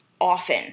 often